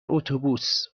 اتوبوس